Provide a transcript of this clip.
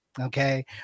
Okay